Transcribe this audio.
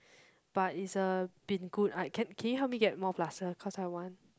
but it's a been good uh can can you help me get more plaster cause I want